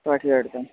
वठी वठंदमि